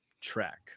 track